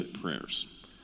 prayers